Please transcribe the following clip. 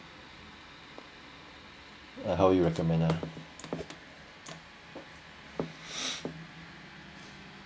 uh how you recommend ah